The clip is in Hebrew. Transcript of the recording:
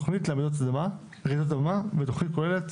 תכנית לרעידות אדמה ותכנית כוללת.